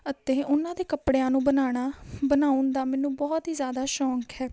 ਅਤੇ ਉਹਨਾਂ ਦੇ ਕੱਪੜਿਆਂ ਨੂੰ ਬਣਾਉਣਾ ਬਣਾਉਣ ਦਾ ਮੈਨੂੰ ਬਹੁਤ ਹੀ ਜ਼ਿਆਦਾ ਸ਼ੌਂਕ ਹੈ